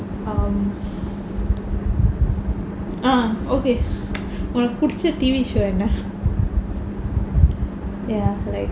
um ah okay உனக்கு புடிச்ச:unakku pudicha T_V show என்னா:ennaa